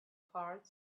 parts